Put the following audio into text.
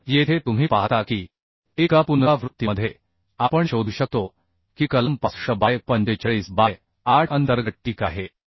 तर येथे तुम्ही पाहता की एका पुनरावृत्तीमध्ये आपण शोधू शकतो की कलम 65 बाय 45 बाय 8 अंतर्गत ठीक आहे